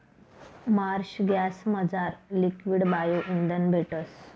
Marsh गॅसमझार liquid bio इंधन भेटस